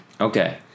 Okay